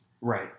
Right